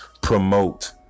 promote